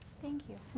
thank you.